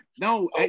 No